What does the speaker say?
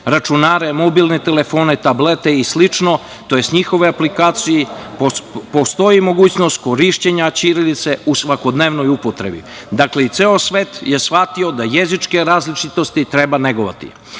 računare, mobilne telefone, tablete i slično, tj. njihove aplikacije, postoji mogućnost korišćenja ćirilice u svakodnevnoj upotrebi. Dakle, i ceo svet je shvatio da jezičke različitosti treba negovati. Napomenuo